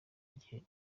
gihe